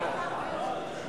הנושא